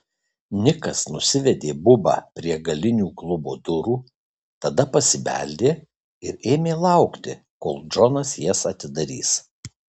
nikas nusivedė bubą prie galinių klubo durų tada pasibeldė ir ėmė laukti kol džonas jas atidarys